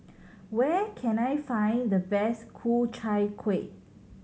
where can I find the best Ku Chai Kuih